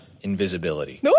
invisibility